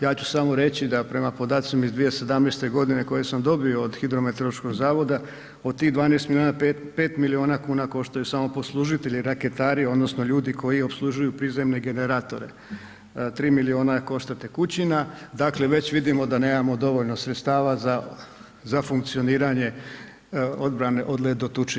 Ja ću samo reći da prema podacima iz 2017. godine koje sam dobio od Hidrometeorološkog zavoda od tih 12 miliona, 5 miliona kuna koštaju samo poslužitelji raketari odnosno ljudi koji opslužuju prizemne generatore, 3 miliona košta tekućina, dakle već vidimo da nemamo dovoljno sredstava za funkcioniranje odbrane od ledotuče.